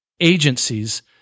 agencies